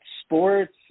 sports